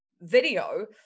video